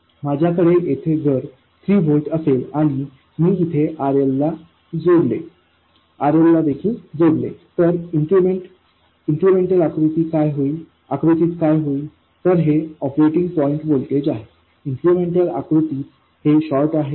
माझ्याकडे येथे जर 3 व्होल्ट असेल आणि मी येथे RLला देखील जोडले तर इन्क्रिमेंटल आकृतीत काय होईल तर हे ऑपरेटिंग पॉईंट व्होल्टेज आहे इन्क्रिमेंटल आकृतीत हे शॉर्ट आहे